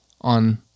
on